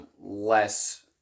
less